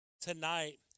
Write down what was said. tonight